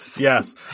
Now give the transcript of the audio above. Yes